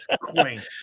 Quaint